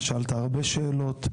שאלת הרבה שאלות.